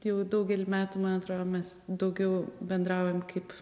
jau daugelį metų man atrodo mes daugiau bendraujam kaip